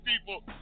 people